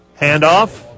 Handoff